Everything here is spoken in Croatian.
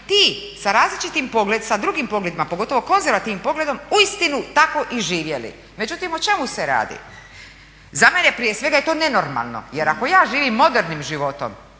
ti sa različitim pogledima, sa drugim pogledima pogotovo konzervativnim pogledom uistinu tako i živjeli. Međutim o čemu se radi, za mene prije svega je to nenormalno. Jer ako ja živim modernim životom